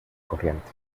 corriente